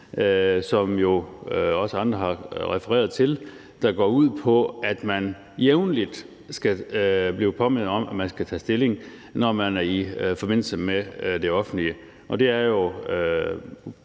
jo også har refereret til, der går ud på, at man jævnligt skal blive påmindet om, at man skal tage stilling, når man er i forbindelse med det offentlige, og det er jo